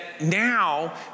now